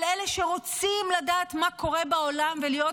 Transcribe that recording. על אלה שרוצים לדעת מה קורה בעולם ולהיות